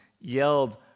yelled